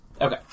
Okay